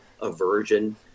aversion